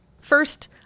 First